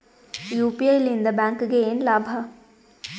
UPI ಲಿಂದ ಬ್ಯಾಂಕ್ಗೆ ಏನ್ ಲಾಭ?